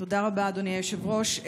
תודה רבה, אדוני היושב-ראש.